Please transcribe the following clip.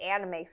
anime